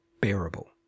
bearable